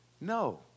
No